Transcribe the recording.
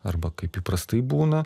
arba kaip įprastai būna